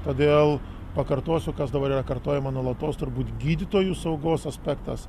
todėl pakartosiu kas dabar yra kartojama nuolatos turbūt gydytojų saugos aspektas